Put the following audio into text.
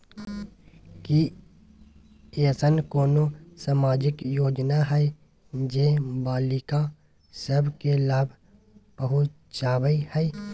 की ऐसन कोनो सामाजिक योजना हय जे बालिका सब के लाभ पहुँचाबय हय?